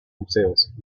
museos